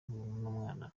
umwana